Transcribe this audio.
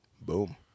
Boom